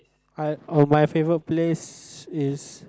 I uh my favourite place is